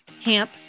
Camp